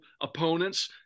opponents –